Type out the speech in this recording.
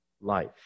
life